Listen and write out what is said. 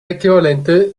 equivalente